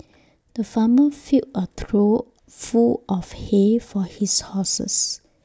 the farmer filled A trough full of hay for his horses